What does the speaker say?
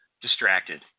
distracted